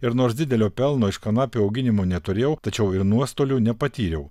ir nors didelio pelno iš kanapių auginimo neturėjau tačiau ir nuostolių nepatyriau